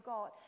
God